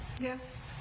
Yes